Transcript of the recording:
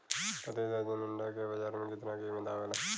प्रति दर्जन अंडा के बाजार मे कितना कीमत आवेला?